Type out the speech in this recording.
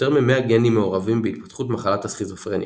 יותר מ–100 גנים מעורבים בהתפתחות מחלת הסכיזופרניה,